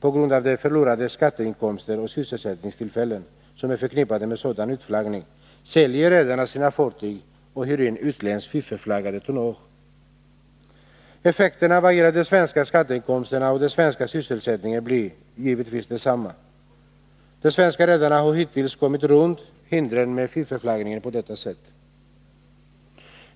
på grund av de förlorade skatteinkomster och sysselsättningstillfällen som är förknippade med sådan utflaggning, säljer redarna sina fartyg och hyr in utländskt fiffelflaggat tonnage. Effekterna vad gäller de svenska skatteinkomsterna och den svenska sysselsättningen blir givetvis desamma. De svenska redarna har hittills kommit runt hindren med fiffelflaggning på detta sätt.